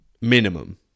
minimum